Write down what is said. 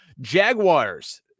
Jaguars